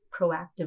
proactively